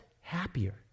happier